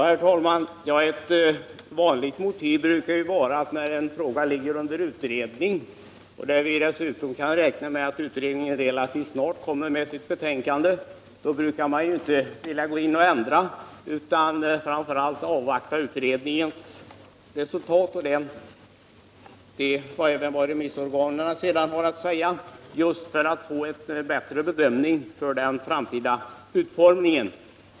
Herr talman! När en fråga är under utredning och när man dessutom kan räkna med att utredningen relativt snart kommer med sitt betänkande brukar man inte vilja vidta några åtgärder utan avvakta utredningens resultat och även vad remissorganen har att säga, just för att få ett bättre underlag för bedömningen av den framtida utformningen.